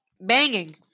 banging